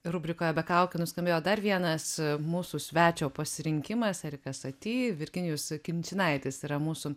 rubrikoje be kaukių nuskambėjo dar vienas mūsų svečio pasirinkimas erikas saty virginijus kinčinaitis yra mūsų